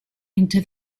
into